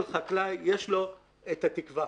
כל חקלאי יש לו את התקווה.